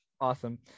Awesome